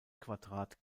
quadrat